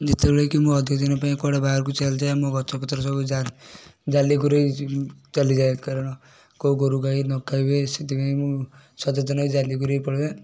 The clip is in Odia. ଯେତେବେଳେ କି ମୁଁ ଅଧିକ ଦିନ ପାଇଁ କୁଆଡ଼େ ବାହାରକୁ ଚାଲିଯାଏ ମୋ ଗଛ ପତ୍ର ସବୁ ଜା ଜାଲି ଘୁରେଇ ଚାଲିଯାଏ କାରଣ କେଉଁ ଗୋରୁ ଗାଈ ନ ଖାଇବେ ସେଥିପାଇଁ ମୁଁ ସଚେତନ ହୋଇ ଜାଲି ଘୁରେଇ ପଳାଏ